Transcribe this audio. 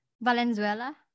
Valenzuela